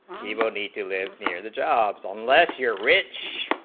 people need to live near the jobs unless your rage